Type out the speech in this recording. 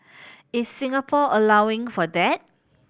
is Singapore allowing for that